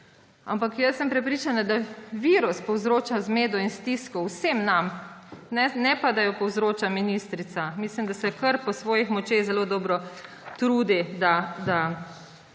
Ampak jaz sem prepričana, da virus povzroča zmedo in stisko vsem nam, ne pa da jo povzroča ministrica. Mislim, da se po svojih močeh kar zelo dobro trudi, da